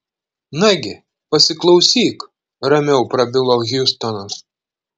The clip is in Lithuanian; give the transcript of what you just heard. nagi pasiklausyk ramiau prabilo hjustonas